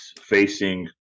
facing